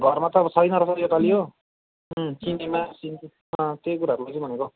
घरमा त अब छैन रहेछ योपालि हो किनेमा सिन्की त्यही कुराहरू लैजाउँ भनेको